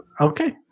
Okay